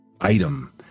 item